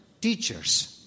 teachers